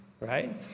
right